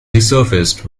resurfaced